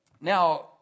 Now